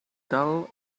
dull